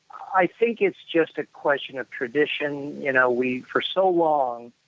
i think it's just a question of tradition. you know, we, for so long,